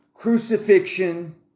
Crucifixion